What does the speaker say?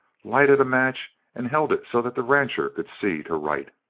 lighted a match, and held it so that the rancher could see to write.